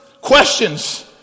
questions